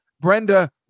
brenda